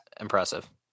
impressive